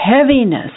heaviness